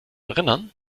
erinnern